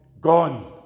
gone